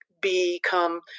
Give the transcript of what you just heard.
become